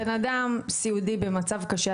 בן אדם סיעודי במצב קשה,